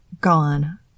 GONE